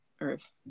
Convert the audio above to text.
Earth